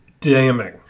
damning